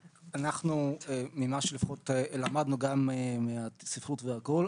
ממה שלפחות למדנו גם מהספרות ומהפסיכולוגיה,